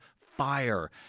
fire